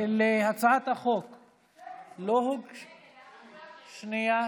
להצעת החוק לא, שנייה.